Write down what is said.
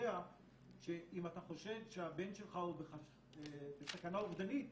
שאם אתה חושד שהבן שלך בסכנה אובדנית,